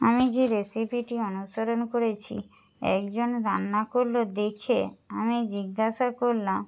আমি যে রেসিপিটি অনুসরণ করেছি একজন রান্না করলো দেখে আমি জিজ্ঞাসা করলাম